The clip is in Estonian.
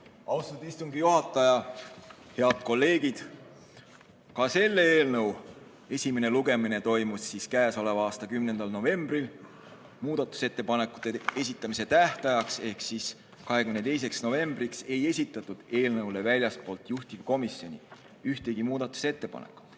Austatud istungi juhataja! Head kolleegid! Ka selle eelnõu esimene lugemine toimus k.a 10. novembril. Muudatusettepanekute esitamise tähtajaks ehk 22. novembriks ei esitatud eelnõu kohta väljastpoolt juhtivkomisjoni ühtegi muudatusettepanekut.